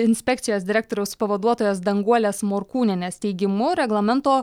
inspekcijos direktoriaus pavaduotojos danguolės morkūnienės teigimu reglamento